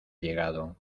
llegado